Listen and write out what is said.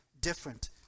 different